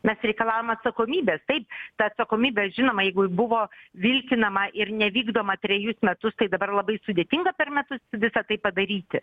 mes reikalaujam atsakomybės taip ta atsakomybė žinoma jeigu buvo vilkinama ir nevykdoma trejus metus tai dabar labai sudėtinga per metus visa tai padaryti